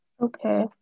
Okay